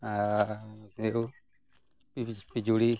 ᱟᱨ ᱥᱤᱨᱩ ᱥᱮᱨᱩ ᱯᱤᱡᱩᱲᱤ